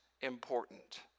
important